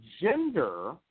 Gender